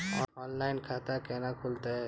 Online खाता केना खुलते?